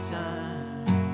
time